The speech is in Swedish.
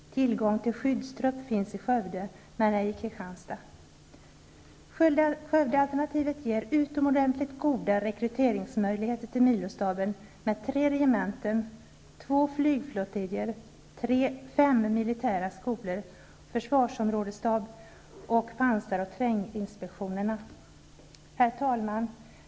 Tillgång till skyddstrupp finns i Skövde, men ej i Skövdealternativet ger utomordentligt goda rekryteringsmöjligheter till milostaben med tre regementen, två flygflottiljer, fem militära skolor, försvarsområdesstab samt pansar och tränginspektionerna. Herr talman!